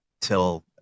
till